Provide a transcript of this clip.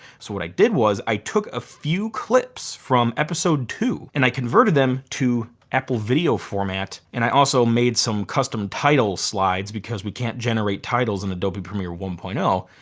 so what i did was i took a few clips from episode two and i converted them to apple video format and i also made some custom title slides because we can't generate titles in adobe premiere one point zero.